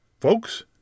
Folks